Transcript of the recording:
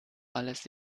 alles